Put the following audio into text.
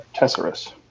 Tesserus